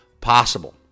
possible